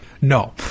No